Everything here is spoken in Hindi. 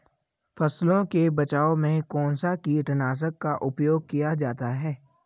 फसलों के बचाव में कौनसा कीटनाशक का उपयोग किया जाता है?